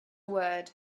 word